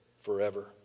forever